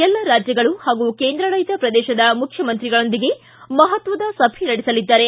ಎಲ್ಲ ರಾಜ್ಯಗಳು ಹಾಗೂ ಕೇಂದ್ರಾಡಳಿತ ಪ್ರದೇಶದ ಮುಖ್ಯಮಂತ್ರಿಗಳೊಂದಿಗೆ ಮಹತ್ವದ ಸಭೆ ನಡೆಸಲಿದ್ದಾರೆ